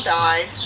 died